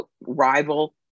rival